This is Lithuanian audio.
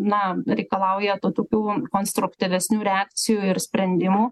na reikalauja to tokių konstruktyvesnių reakcijų ir sprendimų